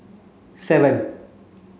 seven